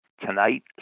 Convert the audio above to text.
tonight